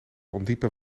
ondiepe